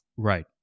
Right